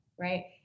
right